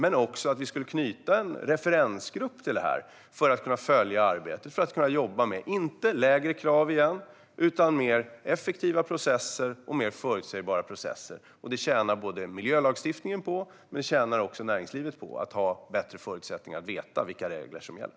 Vi skulle också knyta en referensgrupp till detta för att kunna följa arbetet. Det handlar inte om att jobba med lägre krav, utan det handlar om mer effektiva processer och mer förutsägbara processer. Både miljölagstiftningen och näringslivet tjänar på att det är bättre förutsättningar och att man vet vilka regler som gäller.